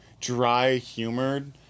dry-humored